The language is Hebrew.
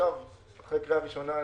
אחרי קריאה ראשונה,